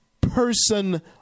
person